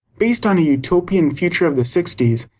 based on a utopian future of the sixty s,